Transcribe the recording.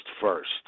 first